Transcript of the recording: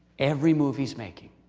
every move he's making?